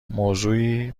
موضوعی